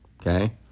Okay